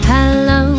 Hello